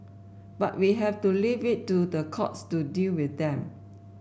but we have to leave it to the courts to deal with them